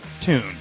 tune